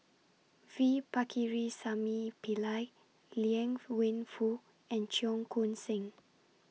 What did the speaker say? V Pakirisamy Pillai Liang Wenfu and Cheong Koon Seng